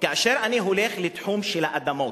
כאשר אני הולך לתחום של האדמות,